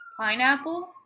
Pineapple